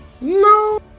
No